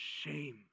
shame